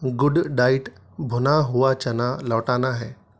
good diet بھنا ہوا چنا لوٹانا ہے